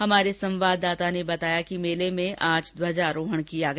हमारे संवाददाता ने बताया कि मेले में आज ध्वजारोहण किया गया